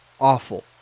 awful